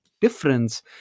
difference